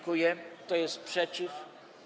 Kto jest przeciw?